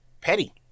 petty